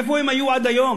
איפה הם היו עד היום?